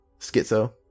schizo